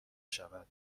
شود